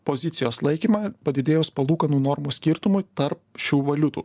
pozicijos laikymą padidėjus palūkanų normų skirtumui tarp šių valiutų